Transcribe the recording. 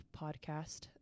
Podcast